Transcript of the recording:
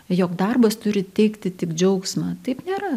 jog darbas turi teikti tik džiaugsmą taip nėra